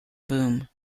boom